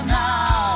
now